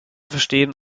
verstehen